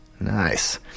Nice